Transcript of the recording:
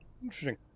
Interesting